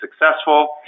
successful